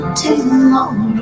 tomorrow